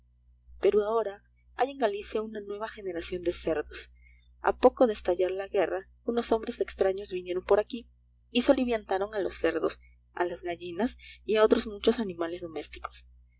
pero ahora hay en galicia una nueva generación de cerdos a poco de estallar la guerra unos hombres extraños vinieron por aquí y soliviantaron a los cerdos a las gallinas y a otros muchos animales domésticos